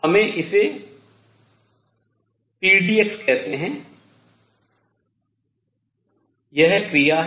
p हम इसे pxdx कहते हैं यह क्रिया है